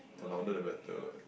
the louder the better what